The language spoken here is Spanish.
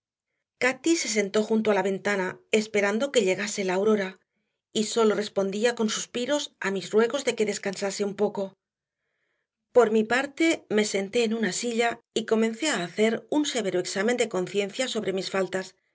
acostamos cati se sentó junto a la ventana esperando que llegase la aurora y sólo respondía con suspiros a mis ruegos de que descansase un poco por mi parte me senté en una silla y comencé a hacer un severo examen de conciencia sobre mis faltas